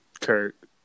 Kirk